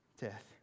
death